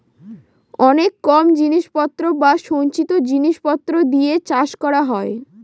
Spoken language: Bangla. অনেক কম জিনিস পত্র বা সঞ্চিত জিনিস পত্র দিয়ে চাষ করা হয়